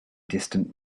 distant